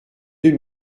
deux